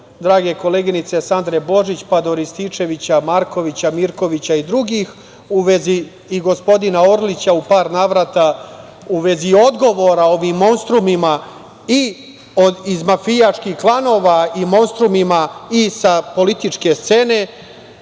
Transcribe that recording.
drage koleginice Sandre Božić, pa do Rističevića, Markovića, Mirkovića i drugih i gospodina Orlića, u par navrata, u vezi odgovora ovim monstrumima iz mafijaških klanova i monstrumima sa političke scene. Znate